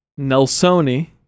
Nelsoni